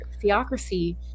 theocracy